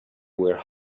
were